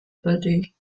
buddy